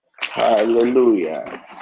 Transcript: Hallelujah